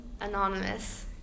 anonymous